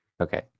Okay